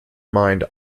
mind